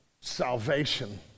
salvation